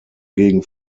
gegen